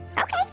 Okay